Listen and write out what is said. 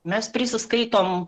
mes prisiskaitom